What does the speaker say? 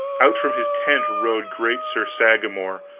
out from his tent rode great sir sagramor,